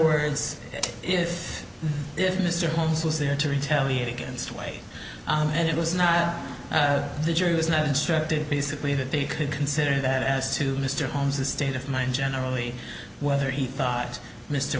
words if if mr holmes was there to retaliate against way and it was not the jury was not instructed basically that they could consider that as to mr holmes the state of mind generally whether he thought mr